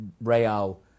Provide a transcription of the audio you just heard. Real